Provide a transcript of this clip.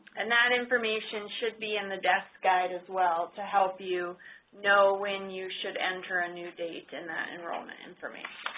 and that information should be in the desk guide as well to help you know when you should enter a new date in that enrollment information.